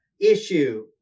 issue